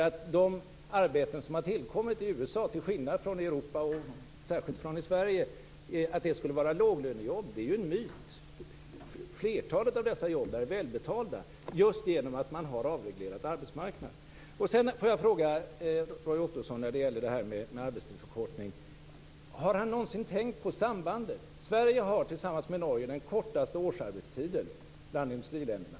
Att de arbeten som har tillkommit i USA, till skillnad från i Europa och särskilt i Sverige, skulle vara låglönejobb är en myt. Flertalet av dessa jobb är välbetalda just genom att man har avreglerat arbetsmarknaden. Får jag ställa en fråga till Roy Ottosson som gäller arbetstidsförkortning: Har Roy Ottosson någonsin tänkt på sambandet? Sverige har tillsammans med Norge den kortaste årsarbetstiden bland industriländerna.